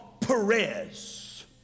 Perez